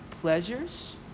pleasures